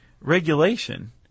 regulation